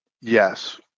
Yes